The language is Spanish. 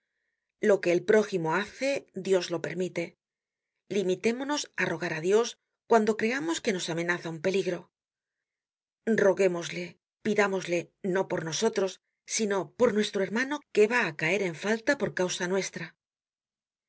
lo que el prójimo hace dios lo permite limitémonos á rogar á dios cuando creamos que nos amenaza un peligro roguémosle pidámosle no por nosotros sino por nuestro hermano que va á caer en falta por causa nuestra